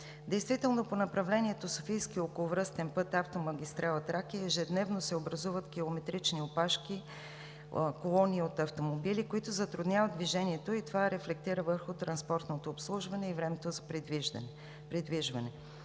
Действително по направлението Софийски околовръстен път – автомагистрала „Тракия“ ежедневно се образуват километрични опашки – колони от автомобили, които затрудняват движението и това рефлектира върху транспортното обслужване и времето за придвижване.